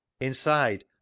inside